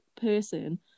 person